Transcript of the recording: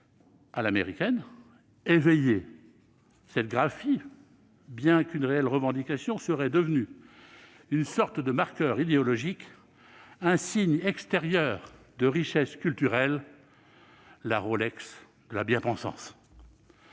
à l'américaine, « éveillées ». Cette graphie, plus qu'une réelle revendication, serait devenue une sorte de marqueur idéologique, un signe extérieur de richesse culturelle, la Rolex de la bien-pensance.